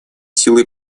силы